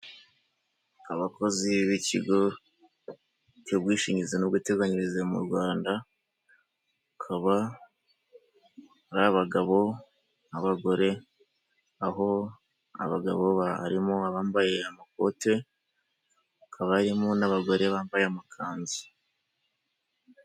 Abakozi b'ikigo cy'ubwishingizi n'ubwiteganyirize mu Rwanda bakaba ari abagabo n'abagore aho abagabo harimo abambaye amakote, hakaba harimo n'abagore bambaye amakanzu.